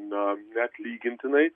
na neatlygintinai